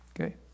Okay